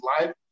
life